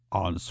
on